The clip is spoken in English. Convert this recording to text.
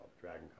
dragon